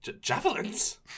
Javelins